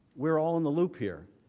we are all in the loop here.